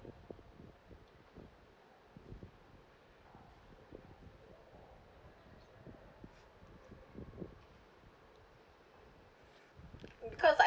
because